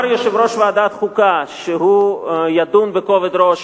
יושב-ראש ועדת החוקה אמר שהוא ידון בכובד ראש